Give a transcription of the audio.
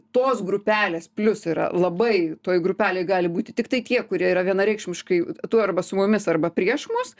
tos grupelės plius yra labai toj grupelėj gali būti tiktai tie kurie yra vienareikšmiškai tu arba su mumis arba prieš mus